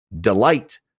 Delight